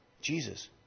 Jesus